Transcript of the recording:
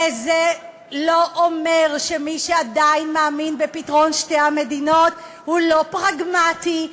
וזה לא אומר שמי שעדיין מאמין בפתרון שתי המדינות הוא לא פרגמטי,